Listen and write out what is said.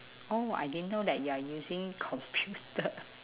oh I didn't know that you are using computer